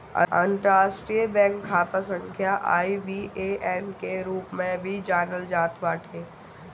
अंतरराष्ट्रीय बैंक खाता संख्या के आई.बी.ए.एन के रूप में भी जानल जात बाटे